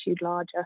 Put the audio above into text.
larger